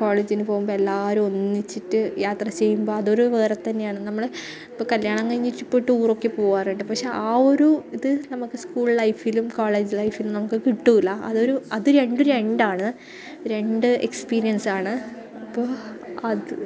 കോളേജിൽ നിന്ന് പോവുമ്പോൾ എല്ലാവരും ഒന്നിച്ചിട്ട് യാത്ര ചെയ്യുമ്പോൾ അതൊരു വേറെ തന്നെയാണ് നമ്മൾ ഇപ്പം കല്യാണം കഴിഞ്ഞിട്ട് ഇപ്പോൾ ടൂറൊക്കെ പോവാറുണ്ട് പക്ഷെ ആ ഒരു ഇത് നമുക്ക് സ്കൂള് ലൈഫിലും കോളേജ് ലൈഫിലും നമുക്ക് കിട്ടില്ല അത് ഒരു അത് രണ്ടും രണ്ടാണ് രണ്ട് എക്സ്പീരിയന്സാണ് അപ്പോൾ അത്